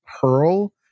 hurl